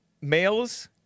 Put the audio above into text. males